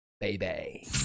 baby